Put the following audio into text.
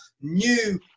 new